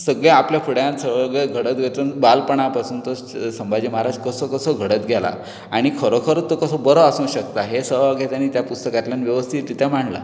सगळें आपले फुड्यांत सगळें घडत वचून बालपणा पसून तो संभाजी महाराज कसो कसो घडत गेला आनी खरो खरो तो कसो बरो आसूंक शकता हें सगळें ताणें ह्या पुस्तकांतल्यान वेवस्थीत रित्या मांडलां